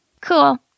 Cool